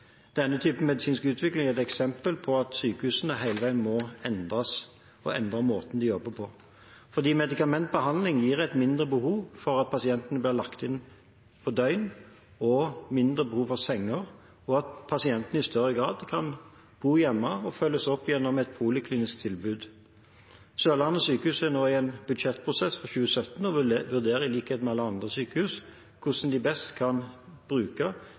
Denne typen medisinsk utvikling er et eksempel på at sykehusene hele veien må endres, og at de må endre måten de jobber på, fordi medikamentbehandling gir et mindre behov for at pasienten blir lagt inn på døgn, og mindre behov for senger, og pasientene kan i større grad bo hjemme og følges opp gjennom et poliklinisk tilbud. Sørlandet sykehus er nå i en budsjettprosess for 2017 og vil, i likhet med alle andre sykehus, vurdere hvordan de best kan bruke